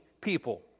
people